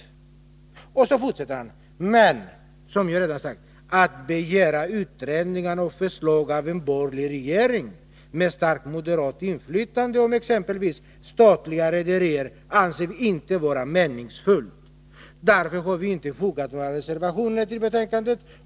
Han fortsätter: ”Men -—- som jag redan sagt — att begära utredningar och förslag av en borgerlig regering med starkt moderat inflytande om exempelvis statliga rederier anser vi inte vara meningsfullt. Därför har vi inte fogat några reservationer till betänkandet.